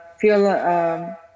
feel